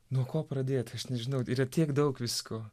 nuo ko pradėt aš nežinau yra tiek daug visko